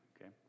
okay